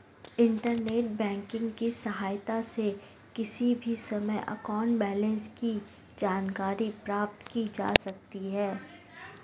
internet banking की सहायता से किसी भी समय अकाउंट बैलेंस की जानकारी प्राप्त की जा सकती है